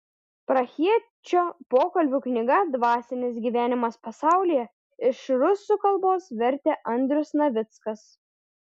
prahiečio pokalbių knygą dvasinis gyvenimas pasaulyje iš rusų kalbos vertė andrius navickas